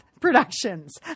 Productions